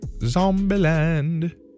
Zombieland